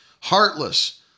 Heartless